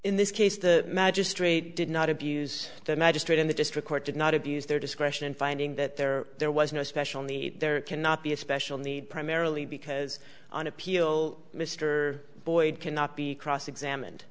in this case the magistrate did not abuse that magistrate in the district court did not abuse their discretion in finding that there there was no special need there cannot be a special need primarily because on appeal mr boyd cannot be cross examined